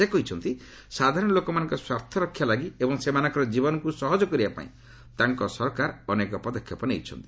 ସେ କହିଛନ୍ତି ସାଧାରଣଲୋକମାନଙ୍କ ସ୍ୱାର୍ଥ ରକ୍ଷା ଲାଗି ଏବଂ ସେମାନଙ୍କର ଜୀବନକୁ ସହଜ କରିବା ପାଇଁ ତାଙ୍କ ସରକାର ଅନେକ ପଦକ୍ଷେପ ନେଇଛନ୍ତି